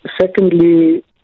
secondly